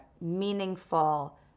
meaningful